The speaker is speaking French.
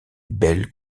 belles